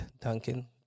Duncan